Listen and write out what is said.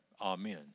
Amen